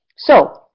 so,